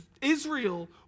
Israel